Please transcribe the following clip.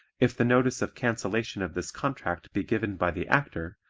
if the notice of cancellation of this contract be given by the actor,